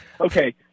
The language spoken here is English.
Okay